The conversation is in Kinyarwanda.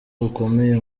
bukomeye